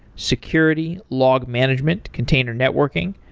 security, log management, container networking,